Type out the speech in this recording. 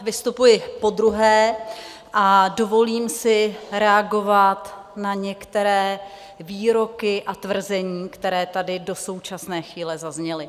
Vystupuji podruhé a dovolím si reagovat na některé výroky a tvrzení, které tady do současné chvíle zazněly.